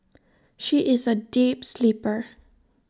she is A deep sleeper